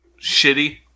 shitty